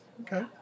Okay